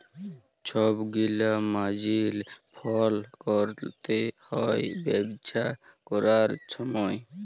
ছব গিলা মার্জিল ফল ক্যরতে হ্যয় ব্যবসা ক্যরার সময়